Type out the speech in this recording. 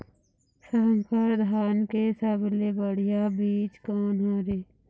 संकर धान के सबले बढ़िया बीज कोन हर ये?